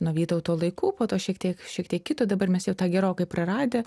nuo vytauto laikų po to šiek tiek šiek tiek kito dabar mes jau tą gerokai praradę